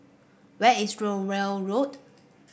where is Rowell Road